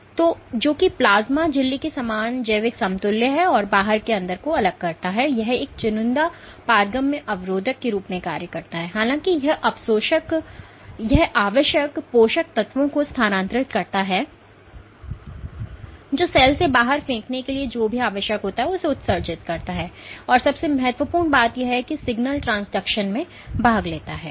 तो जो कि प्लाज़्मा झिल्ली के समान जैविक समतुल्य है यह बाहर से अंदर को अलग करता है यह एक चुनिंदा पारगम्य अवरोधक के रूप में कार्य करता है हालाँकि यह आवश्यक पोषक तत्वों को स्थानांतरित करता है जो सेल से बाहर फेंकने के लिए जो भी आवश्यक होता है उसे उत्सर्जित करता है और सबसे महत्वपूर्ण बात यह है कि यह सिग्नल ट्रांसडक्शन में भाग लेता है